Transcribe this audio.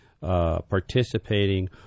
participating